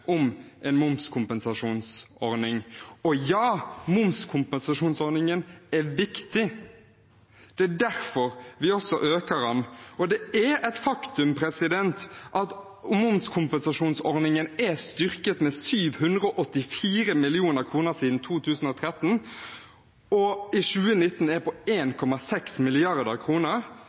om en momskompensasjonsordning. Ja, momskompensasjonsordningen er viktig. Det er også derfor vi øker den. Det er et faktum at momskompensasjonsordningen er styrket med 784 mill. kr siden 2013 og i 2019 er på